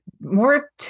more